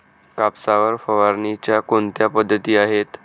कापसावर फवारणीच्या कोणत्या पद्धती आहेत?